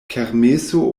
kermeso